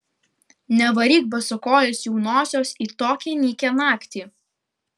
nevaryk basakojės jaunosios į tokią nykią naktį